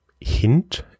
hint